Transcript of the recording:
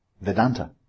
Vedanta